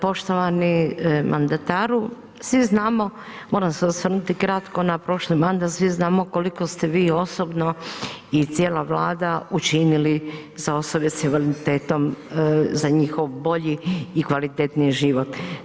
Poštovani mandataru, svi znamo, moram se osvrnuti kratko na prošli mandat, svi znamo koliko ste vi osobno i cijela vlada učinili za osobe s invaliditetom za njihov bolji i kvalitetniji život.